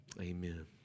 Amen